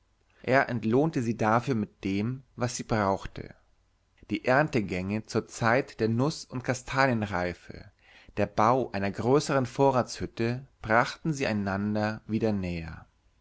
er entlohnte sie dafür mit dem was sie brauchte die erntegänge zur zeit der nuß und kastanienreife der bau einer größeren vorratshütte brachten sie einander wieder näher